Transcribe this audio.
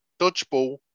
Dodgeball